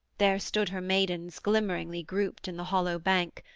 there stood her maidens glimmeringly grouped in the hollow bank.